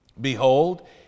Behold